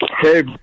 Hey